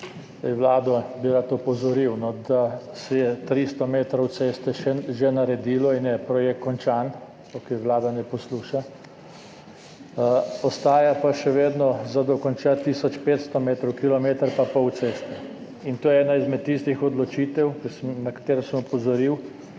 Vlado bi rad opozoril, da se je 300 metrov ceste že naredilo in je projekt končan. Okej, vlada ne posluša. Ostaja pa še vedno za dokončati tisoč 500 metrov, kilometer pa pol ceste. In to je ena izmed tistih odločitev, na katero sem opozoril,